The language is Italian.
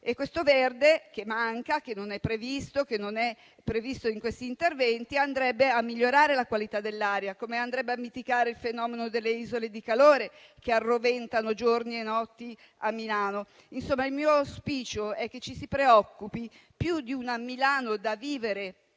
Questo verde, che manca e che non è previsto in questi interventi, andrebbe a migliorare la qualità dell'aria, come anche a mitigare il fenomeno delle isole di calore che arroventano giorni e notti a Milano. Insomma, il mio auspicio è che ci si preoccupi più di una Milano da vivere